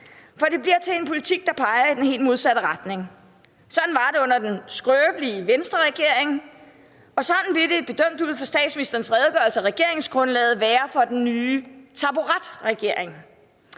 For det bliver til en politik, der peger i den helt modsatte retning. Sådan var det under den skrøbelige Venstreregering, og sådan vil det, bedømt ud fra statsministerens redegørelse for regeringsgrundlaget, være for den nye taburetregering.